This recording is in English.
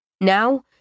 Now